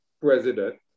president